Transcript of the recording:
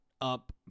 up